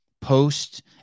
post